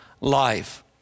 life